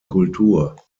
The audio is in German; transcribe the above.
kultur